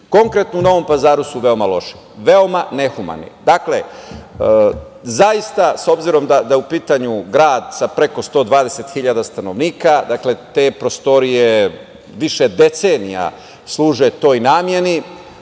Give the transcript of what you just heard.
konkretno u Novom Pazaru, veoma su loše, veoma nehumane. Dakle, zaista, s obzirom da je u pitanju grad sa preko 120.000 stanovnika, te prostorije više decenija služe toj nameni.